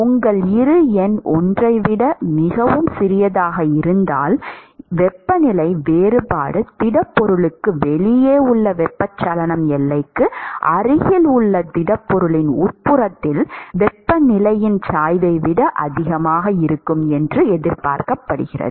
உங்கள் இரு எண் 1 ஐ விட மிகவும் சிறியதாக இருப்பதால் வெப்பநிலை வேறுபாடு திடப்பொருளுக்கு வெளியே உள்ள வெப்பச்சலனம் எல்லைக்கு அருகில் உள்ள திடப்பொருளின் உட்புறத்தில் வெப்பநிலையின் சாய்வை விட அதிகமாக இருக்கும் என்று எதிர்பார்க்கப்படுகிறது